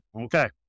Okay